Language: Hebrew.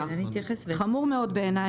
חמור מאוד בעיניי.